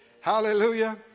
Hallelujah